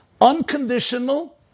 unconditional